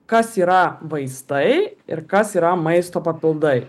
kas yra vaistai ir kas yra maisto papildai